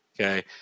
Okay